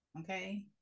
Okay